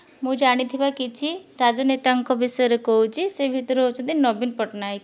ମୁଁ ଜାଣିଥିବା କିଛି ରାଜନେତାଙ୍କ ବିଷୟରେ କହୁଛି ସେ ଭିତରୁ ହେଉଛନ୍ତି ନବୀନ ପଟ୍ଟନାୟକ